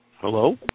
Hello